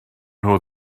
nhw